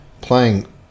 playing